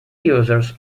users